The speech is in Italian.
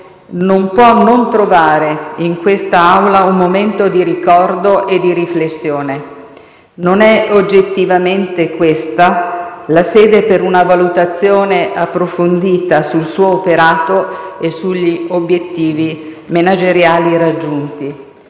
non può non trovare in quest'Aula un momento di ricordo e di riflessione. Non è oggettivamente questa la sede per una valutazione approfondita sul suo operato e sugli obiettivi manageriali raggiunti.